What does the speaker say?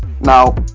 now